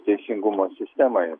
teisingumo sistemai